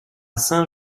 saint